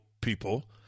people